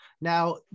Now